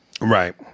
Right